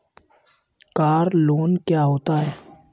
Car loan क्या होता है?